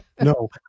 no